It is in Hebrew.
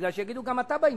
בגלל שיגידו: גם אתה בעניין.